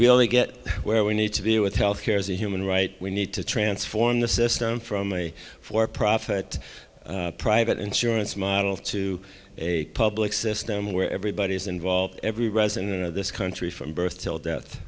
really get where we need to be with health care as a human right we need to transform the system from a for profit private insurance model to a public system where everybody is involved every resident of this country from birth